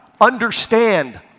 understand